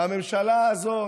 והממשלה הזאת,